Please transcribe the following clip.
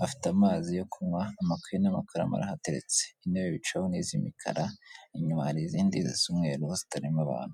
bafite amazi yo kunywa, amakayi, n'amakaramu arahateretse, Intebe bicaho n'izimikara inyuma hari izindi zisa umweru zitarema abantu.